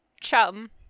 Chum